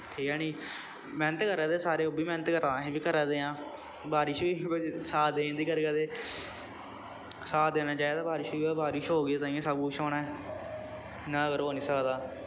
ठीक ऐ नी मैह्नत करा दे सारे ओह् बी मैह्नत करा दा अस बी करा दे आं बारिश बी साथ देई जंदी कदें कदें साथ देना चाहिदा बारिश ने बारिश होए गी ते ताइयें सब कुछ होना ऐ इ'यां अघर हो निं सकदा